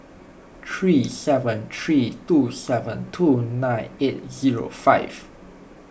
three seven three two seven two nine eight zero five